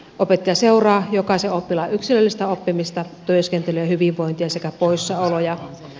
opettaja seuraa jokaisen oppilaan yksilöllistä oppimista työskentelyä ja hyvinvointia sekä poissaoloja